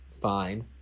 fine